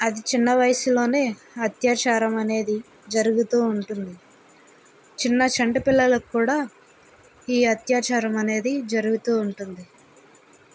అతి చిన్న వయసులోనే అత్యాచారం అనేది జరుగుతూ ఉంటుంది చిన్న చంటిపిల్లలకు కూడా ఈ అత్యాచారం అనేది జరుగుతూ ఉంటుంది